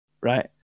right